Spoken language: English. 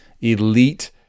elite